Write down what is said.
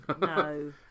No